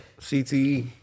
CTE